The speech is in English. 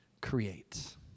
creates